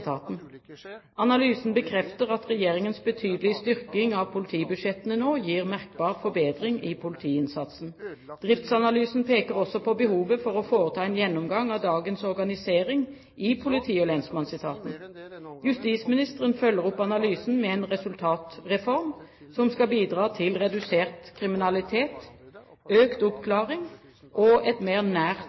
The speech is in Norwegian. Analysen bekrefter at Regjeringens betydelige styrking av politibudsjettene nå gir merkbar forbedring i politiinnsatsen. Driftsanalysen peker også på behovet for å foreta en gjennomgang av dagens organisering i politi- og lensmannsetaten. Justisministeren følger opp analysen med en resultatreform som skal bidra til redusert kriminalitet, økt oppklaring og et mer nært